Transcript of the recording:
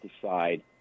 decide